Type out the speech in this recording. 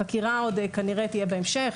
החקירה כנראה תהיה בהמשך,